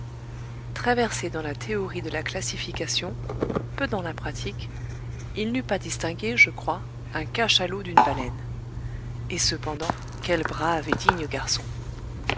très versé dans la théorie de la classification peu dans la pratique il n'eût pas distingué je crois un cachalot d'une baleine et cependant quel brave et digne garçon